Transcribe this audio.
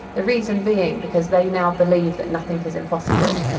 the reason being because they now believe that nothing is impossible.